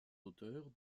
auteurs